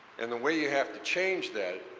and the way you have to change that,